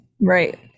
Right